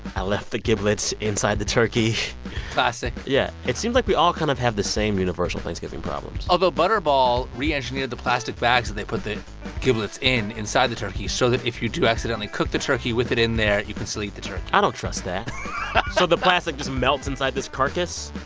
i left the giblets inside the turkey classic yeah. it seems like we all kind of have the same universal thanksgiving problems although, butterball re-engineered the plastic bags they put the giblets in inside the turkey, so that if you do accidentally cook the turkey with it in there, you can still eat the turkey i don't trust that so the plastic just melts inside this carcass?